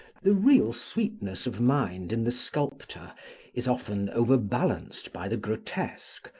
the real sweetness of mind in the sculptor is often overbalanced by the grotesque,